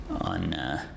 on